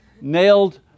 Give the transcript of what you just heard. nailed